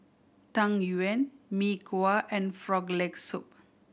Tang Yuen Mee Kuah and Frog Leg Soup